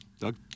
Doug